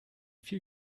viel